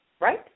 right